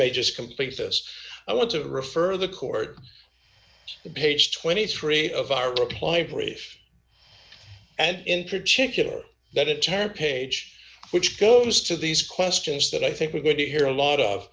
may just complete this i want to refer the court to page twenty three of our reply brief and in particular that it ten page which goes to these questions that i think we're going to hear a lot of